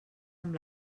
amb